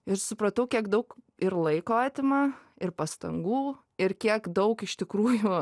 ir supratau kiek daug ir laiko atima ir pastangų ir kiek daug iš tikrųjų